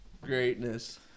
Greatness